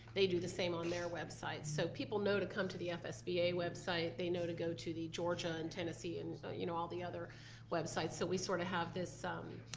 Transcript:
they do the same on their websites, so people know to come to the fsba website. they to go to the georgia and tennessee and you know all the other websites so we sort of have this